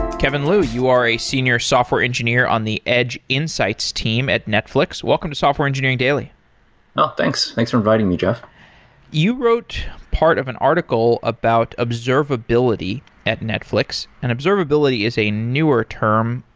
kevin liu, you are a senior software engineer on the edge insights team at netflix. welcome to software engineering engineering daily thanks. thanks for inviting me, jeff you wrote part of an article about observability at netflix, and observability is a newer term,